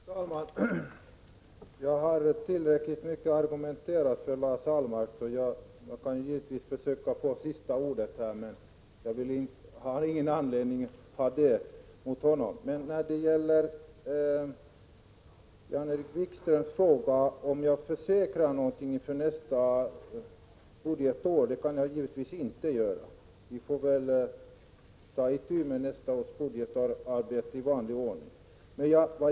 Herr talman! Jag har argumenterat tillräckligt mycket mot Lars Ahlmark. Jag kan givetvis försöka få sista ordet, men jag har ingen anledning till det. Jan-Erik Wikström frågade om jag kan försäkra någonting inför nästa budgetår. Det kan jag givetvis inte göra. Vi får ta itu med nästa års budgetarbete i vanlig ordning.